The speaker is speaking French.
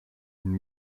une